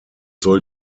soll